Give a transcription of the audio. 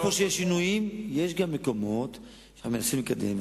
איפה שיש שינויים יש גם מקומות שאנחנו מנסים לקדם,